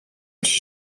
się